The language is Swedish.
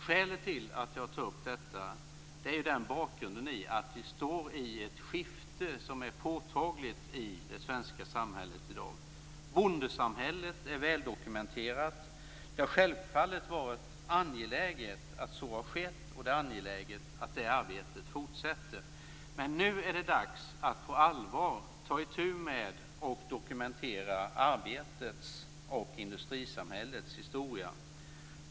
Skälet till att jag tar upp detta är att vi befinner oss i ett skifte som är påtagligt i det svenska samhället i dag. Bondesamhället är väldokumenterat. Det har självfallet varit angeläget att så har skett, och det är angeläget att detta arbete fortsätter. Men nu är det dags att på allvar ta itu med och dokumentera arbetets och industrisamhällets historia.